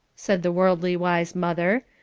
said the worldly-wise mother,